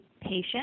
patient